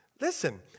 Listen